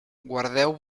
guardeu